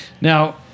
now